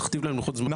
תכתיב להם לוחות זמנים.